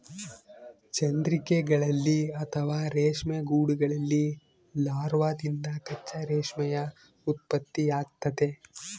ಚಂದ್ರಿಕೆಗಳಲ್ಲಿ ಅಥವಾ ರೇಷ್ಮೆ ಗೂಡುಗಳಲ್ಲಿ ಲಾರ್ವಾದಿಂದ ಕಚ್ಚಾ ರೇಷ್ಮೆಯ ಉತ್ಪತ್ತಿಯಾಗ್ತತೆ